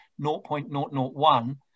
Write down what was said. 0.001